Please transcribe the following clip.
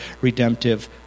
redemptive